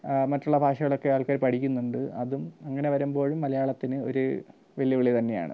മറ്റുള്ള ഭാഷകളൊക്കെ ആൾക്കാർ പഠിക്കുന്നുണ്ട് അതും അങ്ങനെ വരുമ്പോഴും മലയാളത്തിന് ഒരു വെല്ലുവിളി തന്നെയാണ്